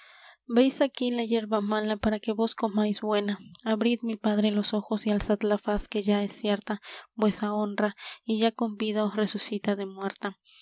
veis aquí la yerba mala para que vos comáis buena abrid mi padre los ojos y alzad la faz que ya es cierta vuesa honra y ya con vida os resucita de muerta